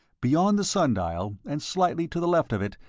beyond the sun-dial and slightly to the left of it,